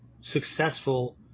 successful